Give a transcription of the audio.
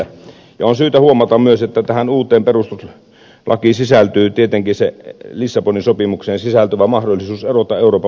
on syytä huomata myös se että tähän uuteen perustuslakiin sisältyy tietenkin lissabonin sopimukseen sisältyvä mahdollisuus erota euroopan unionista